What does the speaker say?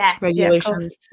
regulations